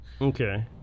Okay